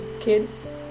kids